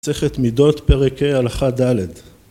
‫צריך להיות מידות פרק ה' הלכה ד'